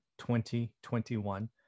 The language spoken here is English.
2021